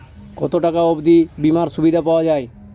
কত টাকা অবধি বিমার সুবিধা পাওয়া য়ায়?